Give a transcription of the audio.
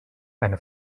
eine